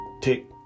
Tick